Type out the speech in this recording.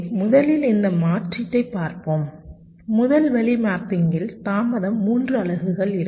முதலில் இந்த மாற்றீட்டைப் பார்ப்போம் முதல் வழி மேப்பிங்கில் தாமதம் 3 அலகுகள் இருக்கும்